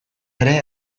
ere